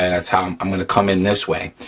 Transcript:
and that's how i'm gonna come in, this way.